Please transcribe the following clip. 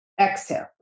exhale